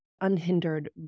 unhindered